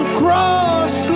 cross